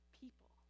people